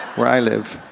where i live.